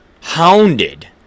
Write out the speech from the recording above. hounded